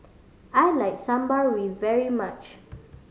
I like Sambar very much